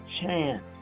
chance